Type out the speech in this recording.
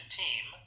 team